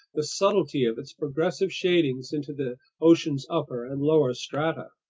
the subtlety of its progressive shadings into the ocean's upper and lower strata?